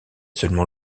seulement